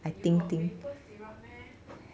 you got maple syrup meh